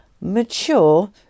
mature